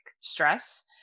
stress